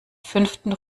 fünften